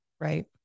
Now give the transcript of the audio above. Right